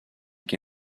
que